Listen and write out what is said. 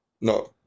No